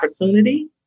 opportunity